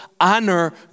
honor